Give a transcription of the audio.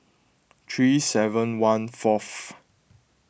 three seven one fourth